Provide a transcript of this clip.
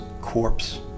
corpse